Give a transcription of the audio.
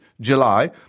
July